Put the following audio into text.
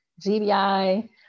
GBI